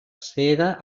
cega